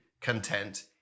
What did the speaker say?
content